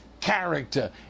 character